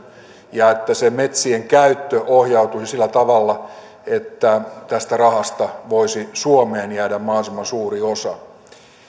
ja että se metsien käyttö ohjautuisi sillä tavalla että tästä rahasta voisi suomeen jäädä mahdollisimman suuri osa